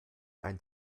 ein